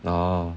ya